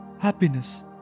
happiness